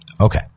Okay